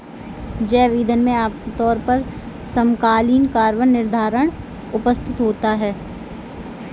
जैव ईंधन में आमतौर पर समकालीन कार्बन निर्धारण उपस्थित होता है